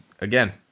again